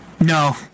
No